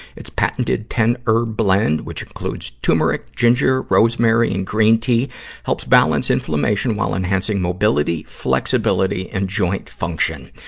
it's patented ten herb blend which includes turmeric, ginger, rosemary, and green tea helps balance inflammation while enhancing mobility, flexibility, and joint function.